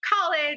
college